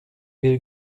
bir